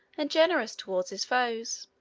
and generous toward his foes.